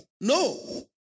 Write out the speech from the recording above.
No